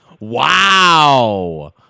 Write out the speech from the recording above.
Wow